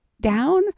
down